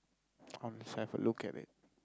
I'll just have a look at it